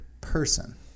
person